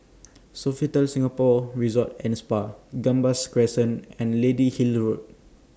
Sofitel Singapore Resort and Spa Gambas Crescent and Lady Hill Road